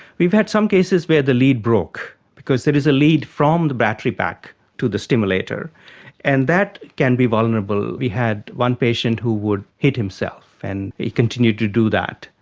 we've had some cases where the lead broke, because there is a lead from the battery pack to the stimulator and that can be vulnerable. we had one patient who would hit himself, and he continued to do that.